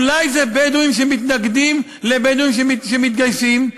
אולי אלה בדואים שמתנגדים לבדואים שמתגייסים?